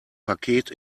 paket